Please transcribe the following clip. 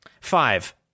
Five